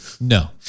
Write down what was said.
No